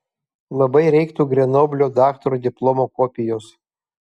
labai reiktų grenoblio daktaro diplomo kopijos